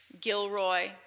Gilroy